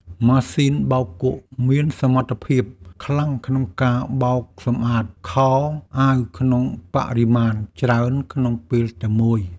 ម៉ាស៊ីនបោកគក់មានសមត្ថភាពខ្លាំងក្នុងការបោកសម្អាតខោអាវក្នុងបរិមាណច្រើនក្នុងពេលតែមួយ។